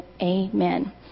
Amen